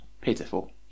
pitiful